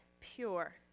pure